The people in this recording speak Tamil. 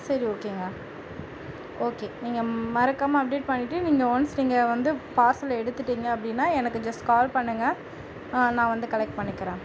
சரி ஓகேங்க ஓகே நீங்கள் மறக்காமல் அப்டேட் பண்ணிவிட்டு நீங்கள் ஒன்ஸ் நீங்கள் வந்து பார்சல் எடுத்துகிட்டிங்க அப்படினா எனக்கு ஜெஸ்ட் கால் பண்ணுங்கள் ஆ நான் வந்து கலைக்ட் பண்ணிக்கிறேன்